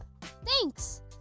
Thanks